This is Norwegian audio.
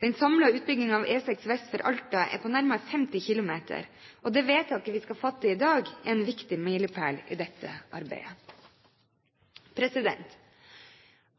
Den samlede utbyggingen av E6 vest for Alta er på nærmere 50 km, og det vedtaket vi skal fatte i dag, er en viktig milepæl i dette arbeidet.